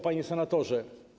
Panie Senatorze!